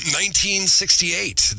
1968